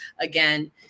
again